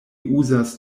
uzas